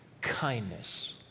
kindness